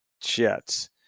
Jets